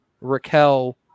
Raquel